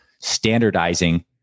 standardizing